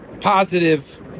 positive